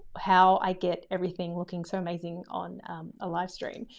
how i get everything looking so amazing on a live stream.